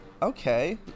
Okay